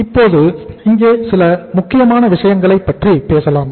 இப்போது இங்கே சில முக்கியமான விஷயங்களை பற்றி பேசலாம்